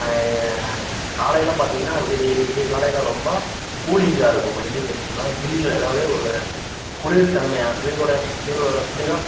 காலையில் பார்த்தீங்கன்னா விடிஞ்சு விடியற்காலையில் ரொம்ப கூலிங்காக இருக்கும் ஐ மீன் எப்படி சொல்வதுனா ஜில்லுன்னு அதாவது ஒரு குளிர் தன்மையாக குளிரோடு குளிரோ குளிராக